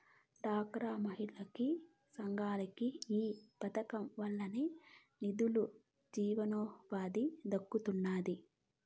డ్వాక్రా మహిళలకి, సంఘాలకి ఈ పదకం వల్లనే నిదులు, జీవనోపాధి దక్కతండాడి